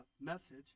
message